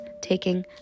Taking